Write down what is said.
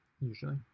usually